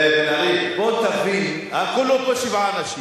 בן-ארי, בוא ותבין, אנחנו כולו פה שבעה אנשים.